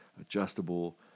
adjustable